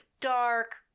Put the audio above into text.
dark